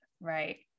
right